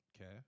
Okay